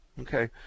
Okay